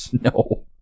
No